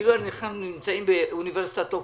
כאילו אנחנו נמצאים באוניברסיטת אוקספורד.